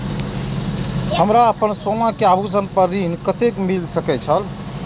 हमरा अपन सोना के आभूषण पर ऋण कते मिल सके छे?